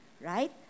right